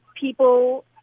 People